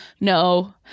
No